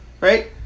right